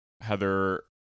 Heather